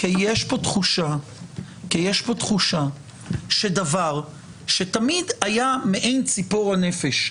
כי יש פה תחושה שדבר שתמיד היה מעין ציפור הנפש,